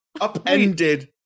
upended